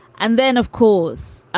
and then, of course,